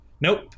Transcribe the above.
Nope